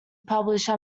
published